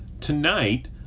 tonight